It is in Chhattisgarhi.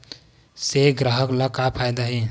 से ग्राहक ला का फ़ायदा हे?